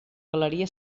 galeria